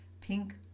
pink